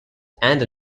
and